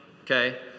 Okay